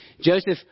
Joseph